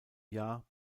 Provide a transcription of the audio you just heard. jahr